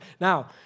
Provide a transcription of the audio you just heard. Now